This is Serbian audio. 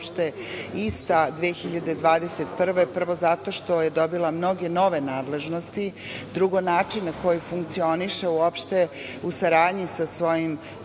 uopšte ista 2021. godine prvo zato što je dobila mnoge nove nadležnosti. Drugo, način na koji funkcioniše uopšte u saradnji sa svojim